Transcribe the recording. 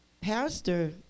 Pastor